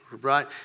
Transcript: right